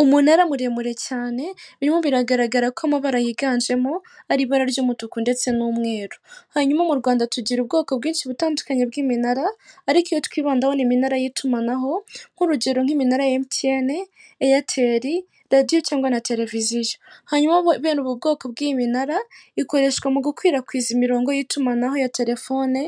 umunara muremure cyane birimo biragaragara ko amabara yiganjemo ari ibara ry'umutuku ndetse n'umweru, hanyuma mu Rwanda tugira ubwoko bwinshi butandukanye bw'iminara ariko iyo twibandaho ni iminara y'itumanaho nk'urugero nk'imara ya emutiyeni, eyateri, radiyo cyangwa na televiziyo, hanyuma bene ubu bwoko bw'iminara ikoreshwa mu gukwirakwiza imirongo y'itumanaho ya telefone